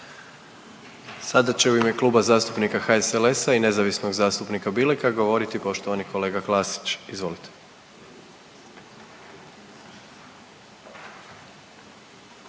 Sada će u ime Kluba zastupnika HSLS-a i nezavisnog zastupnika Bileka govoriti poštovani kolega Klasić. Izvolite.